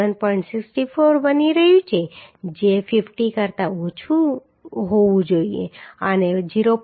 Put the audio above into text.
64 બની રહ્યું છે જે 50 કરતા ઓછું હોવું જોઈએ અને 0